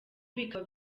bikaba